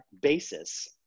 basis